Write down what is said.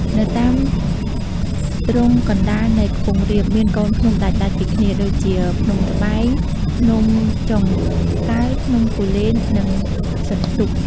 នៅតាមទ្រង់កណ្តាលនៃខ្ពង់រាប មានកូនភ្នំដាច់ៗពីគ្នា ដូចជា ភ្នំត្បែង ភ្នំចុងកាល់ ភ្នំគូលែន ភ្នំសន្ទុក។